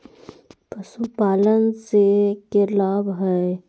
पशुपालन से के लाभ हय?